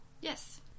Yes